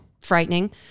frightening